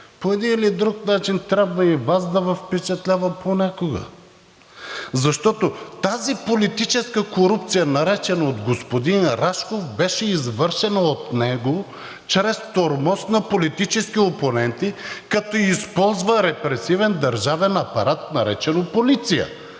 по един или друг начин трябва и Вас да Ви впечатлява понякога, защото тази политическа корупция, наречена от господин Рашков, беше извършена от него чрез тормоз на политически опоненти, като използва репресивен държавен апарат, наречен „Полиция“